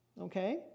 Okay